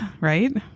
right